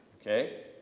Okay